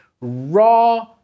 raw